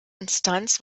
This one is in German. instanz